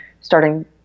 starting